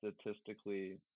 statistically